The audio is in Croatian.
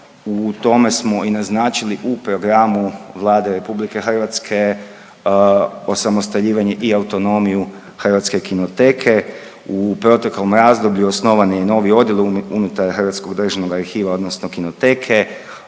U tome smo i naznačili u programu Vlade RH osamostaljivanje i autonomiju hrvatske Kinoteke. U proteklom razdoblju osnovan je i novi odjel unutar Hrvatskog državnog arhiva odnosno Kinoteke,